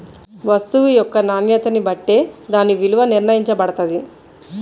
వస్తువు యొక్క నాణ్యతని బట్టే దాని విలువ నిర్ణయించబడతది